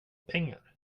pengar